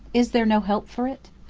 is there no help for it?